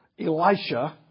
Elisha